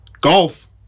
golf